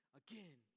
again